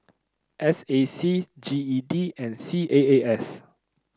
S A C G E D and C A A S